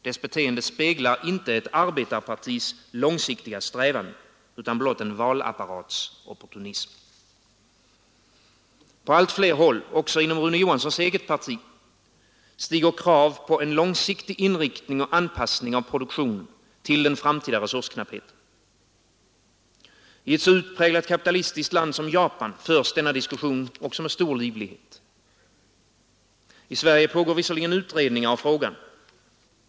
Dess beteende speglar inte ett arbetarpartis långsiktiga strävan utan blott en valapparats opportunism. På allt fler håll, också inom Rune Johanssons eget parti, stiger krav på en långsiktig inriktning och anpassning av produktionen till den framtida resursknappheten. I ett så utpräglat kapitalistiskt land som Japan förs denna diskussion med stor livlighet. I Sverige pågår visserligen utredningar av frågan.